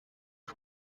ati